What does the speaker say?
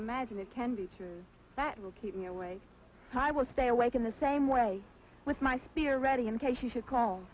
imagine it can be true that will keep me away so i will stay awake in the same way with my spear ready in case you should call